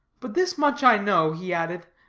but this much i know, he added,